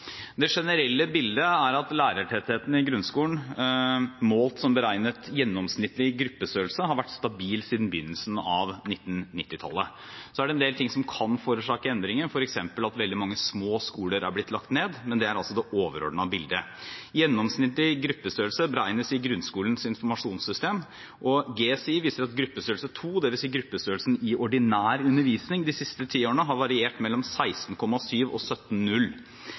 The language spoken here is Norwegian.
Det generelle bildet er at lærertettheten i grunnskolen – målt som beregnet gjennomsnittlig gruppestørrelse – har vært stabil siden begynnelsen av 1990-tallet. Så er det en del ting som kan forårsake endringer, f.eks. at veldig mange små skoler er blitt lagt ned, men det er altså det overordnede bildet. Gjennomsnittlig gruppestørrelse beregnes i grunnskolens informasjonssystem, GSI, og viser at gruppestørrelse 2, dvs. gruppestørrelsen i ordinær undervisning, de siste ti årene har variert mellom 16,7 og 17.